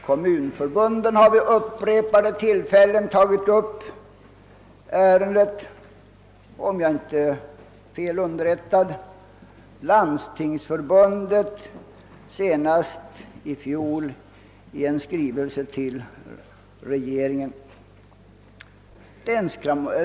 Kommunförbunden har vid upprepade tillfällen tagit upp denna fråga; om jag inte är fel underrättad gjorde Landstingsförbundet det senast i fjol i en skrivelse till regeringen.